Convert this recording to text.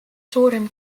suurim